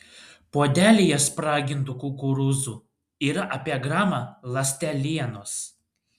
puodelyje spragintų kukurūzų yra apie gramą ląstelienos